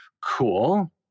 Cool